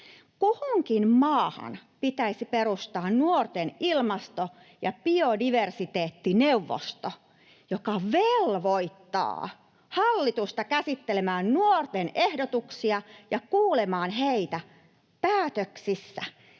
kuhunkin maahan pitäisi perustaa nuorten ilmasto- ja biodiversiteettineuvosto, joka velvoittaa hallitusta käsittelemään nuorten ehdotuksia, kuulemaan heitä päätöksissä